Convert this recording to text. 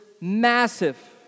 massive